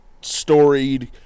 storied